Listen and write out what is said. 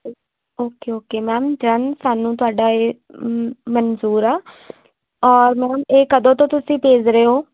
okay okay ma'am done ਸਾਨੂੰ ਤੁਹਾਡਾ ਇਹ ਮਨਜ਼ੂਰ ਆ ਔਰ ਮੈਮ ਇਹ ਕਦੋਂ ਤੋਂ ਤੁਸੀਂ ਭੇਜ ਰਹੇ ਹੋ